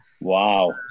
Wow